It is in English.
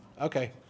Okay